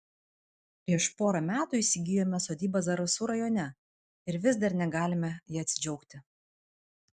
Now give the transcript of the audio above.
prieš porą metų įsigijome sodybą zarasų rajone ir vis dar negalime ja atsidžiaugti